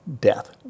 death